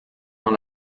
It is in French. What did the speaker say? dans